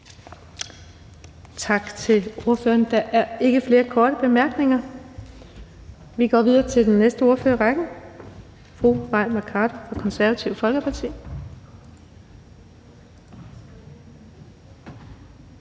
Tak til ordføreren. Der er ikke flere korte bemærkninger. Vi går videre til den næste ordfører i rækken. Det er fru Linea